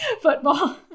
football